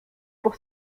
pour